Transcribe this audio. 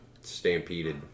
stampeded